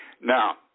Now